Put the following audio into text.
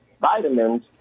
vitamins